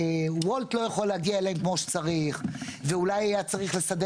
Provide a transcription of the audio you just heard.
שוולט לא יכול להגיע אליהם כמו שצריך ואולי היה צריך לסדר